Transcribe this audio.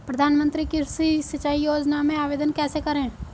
प्रधानमंत्री कृषि सिंचाई योजना में आवेदन कैसे करें?